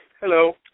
Hello